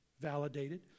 validated